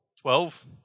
Twelve